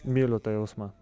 myliu tą jausmą